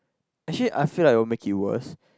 actually I feel like will make it worst